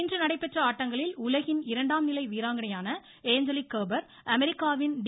இன்று நடைபெற்ற ஆட்டங்களில் உலகின் இரண்டாம் நிலை வீராங்கணையான ஏஞ்சலிக் காபா் அமெரிக்காவின் டி